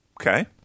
Okay